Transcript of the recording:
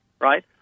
right